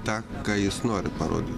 tą ką jis nori parodyt